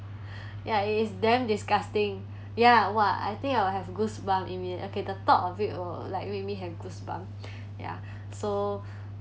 ya it is damn disgusting ya !wah! I think I will have goosebumps immediate okay the thought of it will like make me have goosebumps ya so